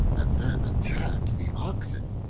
and then attacked the oxen.